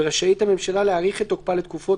ורשאית הממשלה להאריך את תוקפה לתקופות